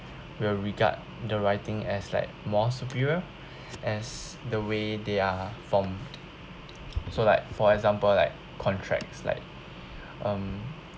will regard the writing as like more superior as the way they are formed so like for example like contracts like um